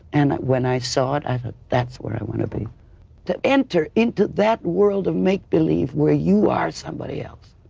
and when i saw it i thought that's where i want to be to enter into that world of make believe where you are somebody else